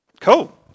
Cool